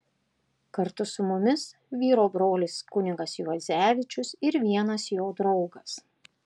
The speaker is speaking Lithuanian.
kartu su mumis vyro brolis kunigas juozevičius ir vienas jo draugas